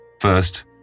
First